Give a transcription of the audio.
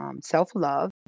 self-love